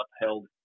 upheld